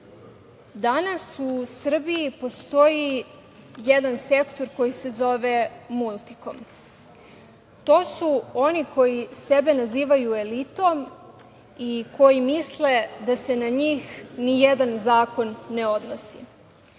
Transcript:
u Srbiji postoji jedan sektor koji se zove „Multikom“. To su oni koji sebe nazivaju elitom i koji misle da se na njih nijedan zakon ne odnosi.